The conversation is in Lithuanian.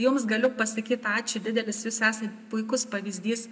jums galiu pasakyt ačiū didelis jūs esat puikus pavyzdys